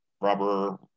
rubber